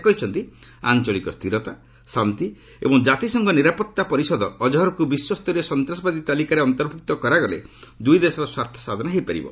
ସେ କହିଛନ୍ତି ଆଞ୍ଚଳିକ ସ୍ଥିରତା ଶାନ୍ତି ଏବଂ ଜାତିସଂଘ ନିରାପତ୍ତା ପରିଷଦ ଅଜ୍ହର୍କ ବିଶ୍ୱସ୍ତରୀୟ ସନ୍ତାସବାଦୀ ତାଲିକାରେ ଅନ୍ତର୍ଭୁକ୍ତ କରାଗଲେ ଦୁଇ ଦେଶର ସ୍ୱାର୍ଥ ସାଧନ ହୋଇପାରିବ